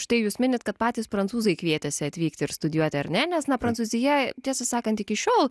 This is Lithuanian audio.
štai jūs minit kad patys prancūzai kvietėsi atvykti ir studijuoti ar ne nes na prancūzija tiesą sakant iki šiol